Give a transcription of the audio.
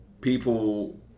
people